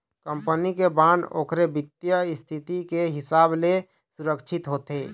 company के bond ओखर बित्तीय इस्थिति के हिसाब ले सुरक्छित होथे